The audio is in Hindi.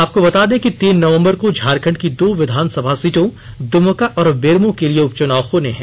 आपको बता दें कि तीन नवंबर को झारखंड की दो विधानसभा सीटों दुमका और बेरमो के लिए उपचुनाव होने हैं